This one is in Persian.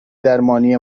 درمانی